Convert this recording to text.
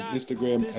Instagram